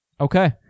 Okay